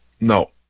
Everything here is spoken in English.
No